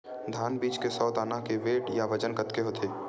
धान बीज के सौ दाना के वेट या बजन कतके होथे?